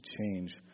change